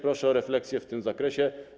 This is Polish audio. Proszę o refleksję w tym zakresie.